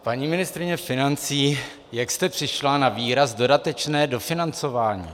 Paní ministryně financí, jak jste přišla na výraz dodatečné dofinancování?